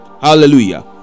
hallelujah